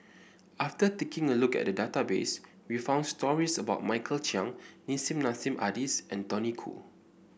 after taking a look at the database we found stories about Michael Chiang Nissim Nassim Adis and Tony Khoo